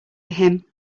him